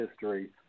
history